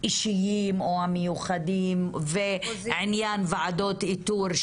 האישיים או המיוחדים ועניין ועדות איתור,